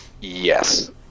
yes